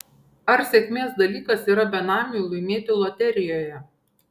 ar sėkmės dalykas yra benamiui laimėti loterijoje